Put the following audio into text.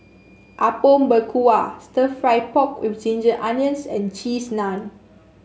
Apom Berkuah stir fry pork with Ginger Onions and Cheese Naan